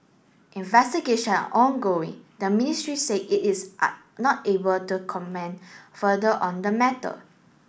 investigation are ongoing the ministry said it is not able to comment further on the matter